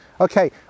okay